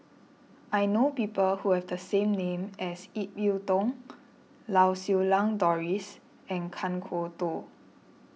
I know people who have the same name as Ip Yiu Tung Lau Siew Lang Doris and Kan Kwok Toh